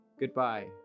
Goodbye